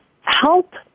Help